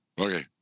Okay